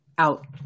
Out